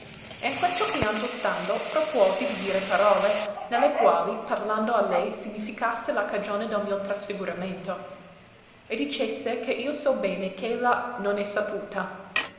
e in questo pianto stando propuosi di dire parole ne le quali parlando a lei significasse la cagione del mio trasfiguramento e dicesse che io so bene ch'ella non è saputa